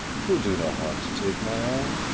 twill do no harm to take my arm.